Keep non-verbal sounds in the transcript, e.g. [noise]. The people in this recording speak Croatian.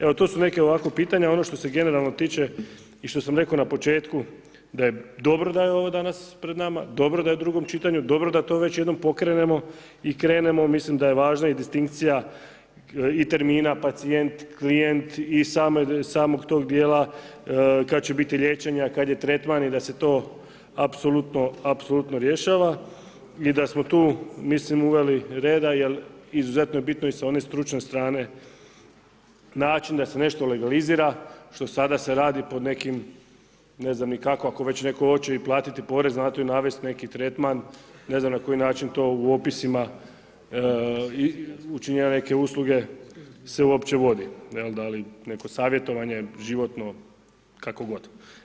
Evo to su neka ovako pitanja, ono što se generalno tiče i što sam rekao na početku da je dobro da je dobro da je ovo danas pred nama, dobro da je u drugom čitanju, dobro da to već jednom pokrenemo i krenemo, mislim da je važna i distinkcija i termina, pacijent, klijent i samog tog djela kad će biti liječenja, kad je tretman i da se to apsolutno rješava i da smo tu mislim, uveli reda jer izuzetno je bitno i sa one stručne strane, način da se nešto legalizira što sada se radi pod nekim, ne znam ni kako, ako već netko hoće i platiti porez na to i navesti neki tretman, ne znam na koji način to u opisima … [unintelligible] neke usluge se uopće vodi, da li neko savjetovanje životno, kako god.